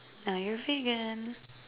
now you're vegan